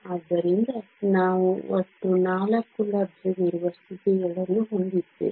ಆದ್ದರಿಂದ ನಾವು ಒಟ್ಟು 4 ಲಭ್ಯವಿರುವ ಸ್ಥಿತಿಗಳನ್ನು ಹೊಂದಿದ್ದೇವೆ